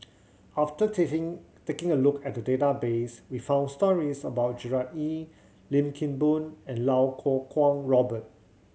after taking taking a look at the database we found stories about Gerard Ee Lim Kim Boon and Iau Kuo Kwong Robert